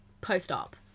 post-op